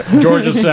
Georgia